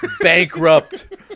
bankrupt